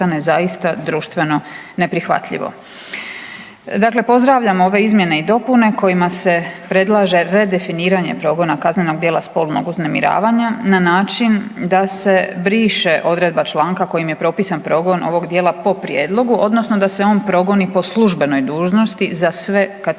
zaista društveno neprihvatljivo. Dakle, pozdravljam ove izmjene i dopune kojima se predlaže redefiniranje progona kaznenog djela spolnog uznemiravanja na način da se briše odredba članka kojim je propisan progon ovog djela po prijedlogu odnosno da se on progoni po službenoj dužnosti za sve kategorije